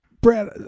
Brad